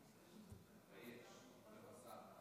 תתבייש, אוכל בשר.